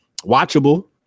watchable